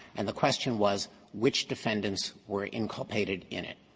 and the question was which defendants were inculpated in it?